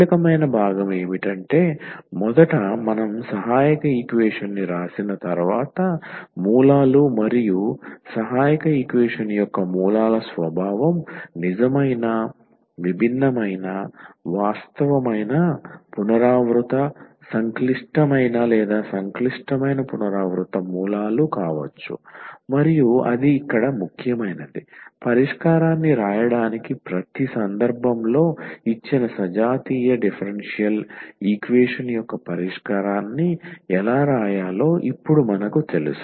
కీలకమైన భాగం ఏమిటంటే మొదట మనం సహాయక ఈక్వేషన్ ని వ్రాసిన తర్వాత మూలాలు మరియు సహాయక ఈక్వేషన్ యొక్క మూలాల స్వభావం నిజమైన విభిన్నమైన వాస్తవమైన పునరావృత సంక్లిష్టమైన లేదా సంక్లిష్టమైన పునరావృత మూలాలు కావచ్చు మరియు అది ఇక్కడ ముఖ్యమైనది పరిష్కారాన్ని వ్రాయడానికి ప్రతి సందర్భంలో ఇచ్చిన సజాతీయ డిఫరెన్షియల్ ఈక్వేషన్ యొక్క పరిష్కారాన్ని ఎలా వ్రాయాలో ఇప్పుడు మనకు తెలుసు